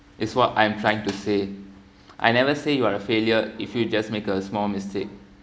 is what I'm trying to say I never say you are a failure if you'd just make a small mistake